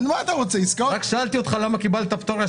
רק שאלתי אותך למה קיבלת פטור,